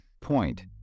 Point